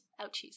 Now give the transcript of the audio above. Ouchies